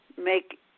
make